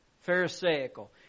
Pharisaical